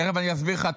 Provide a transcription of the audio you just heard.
תכף אני אסביר לך.